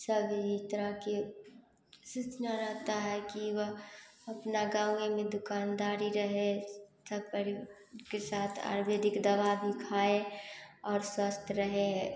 सभी तरह के सूचना रहता है कि वह अपना गाँवे में दुकानदारी रहे सब परि के साथ आयुर्वेदिक दवा भी खाए और स्वस्थ रहे